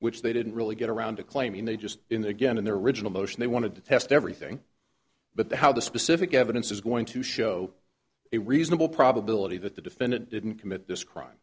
which they didn't really get around to claiming they just in again in their original motion they wanted to test everything but the how the specific evidence is going to show a reasonable probability that the defendant didn't commit